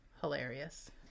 hilarious